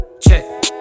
Check